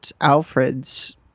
Alfred's